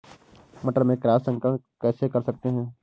मटर में क्रॉस संकर कैसे कर सकते हैं?